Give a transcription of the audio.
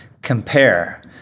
Compare